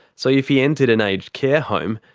so if he entered an aged care home,